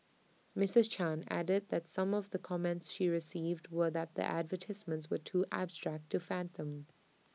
Mrs chan added that some of the comments she received were that the advertisements were too abstract to fathom